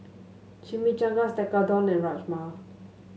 Chimichangas Tekkadon and Rajma